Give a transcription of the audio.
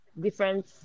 different